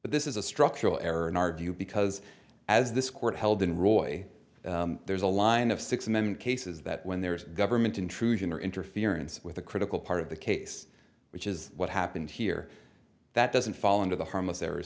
but this is a structural error in our view because as this court held in roy there's a line of six men cases that when there is a government intrusion or interference with a critical part of the case which is what happened here that doesn't fall into the harmless